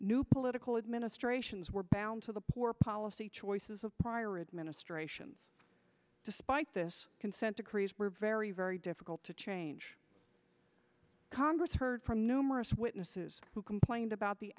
new political administrations were bound to the poor policy choices of prior administrations despite this consent decrees were very very difficult to change congress heard from numerous witnesses who complained about the